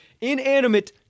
Inanimate